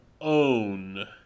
own